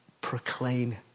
proclaim